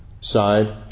side